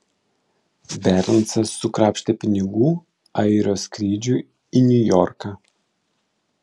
bernsas sukrapštė pinigų airio skrydžiui į niujorką